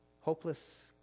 Hopeless